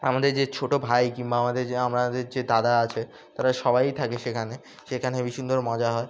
আমাদের যে ছোটো ভাই কিংবা আমাদের যে আমাদের যে দাদা আছে তারা সবাই থাকে সেখানে সেখানে হেবি সুন্দর মজা হয়